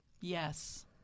Yes